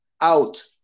out